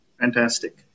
Fantastic